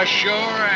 sure